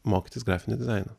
mokytis grafinio dizaino